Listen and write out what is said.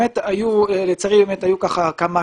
לצערי היו כמה תלונות,